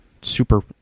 super